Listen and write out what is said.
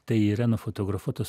tai yra nufotografuotas